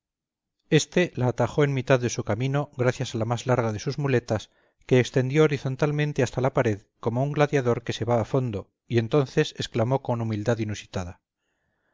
éste la atajó en mitad de su camino gracias a la más larga de sus muletas que extendió horizontalmente hasta la pared como un gladiador que se va a fondo y entonces exclamó con humildad inusitada